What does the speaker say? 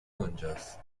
اونجاست